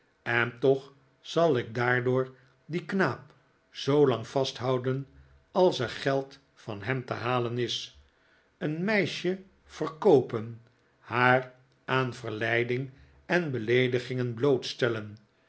en toch zal ik daardoor dien knaap zoolang vasthouden als er geld van hem te halen is een meisje verkoopen haar aan verleiding en beleedigingen